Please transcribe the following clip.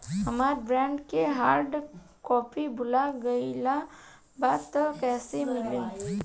हमार बॉन्ड के hard copy भुला गएलबा त कैसे मिली?